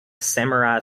samurai